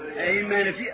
Amen